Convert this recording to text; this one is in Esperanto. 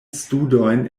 studojn